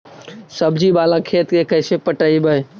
सब्जी बाला खेत के कैसे पटइबै?